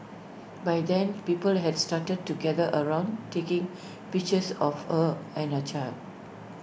by then people has started to gather around taking pictures of her and her child